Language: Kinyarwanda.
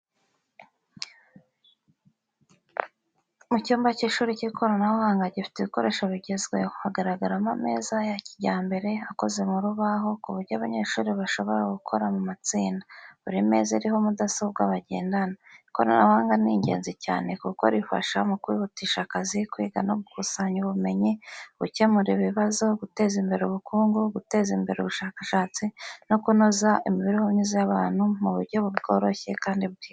Mu cyumba cy’ishuri cy’ikoranabuhanga gifite ibikoresho bigezweho. Haragaragaramo ameza ya kijyambere akoze mu rubaho, ku buryo abanyeshuri bashobora gukorana mu matsinda. Buri meza iriho mudasobwa bagendana. Ikoranabuhanga ni ingenzi cyane kuko rifasha mu kwihutisha akazi, kwiga no gusangira ubumenyi, gukemura ibibazo, guteza imbere ubukungu, guteza imbere ubushakashatsi, no kunoza imibereho myiza y’abantu mu buryo bworoshye kandi bwihuse.